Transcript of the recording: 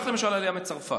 אתה, קח למשל עלייה מצרפת.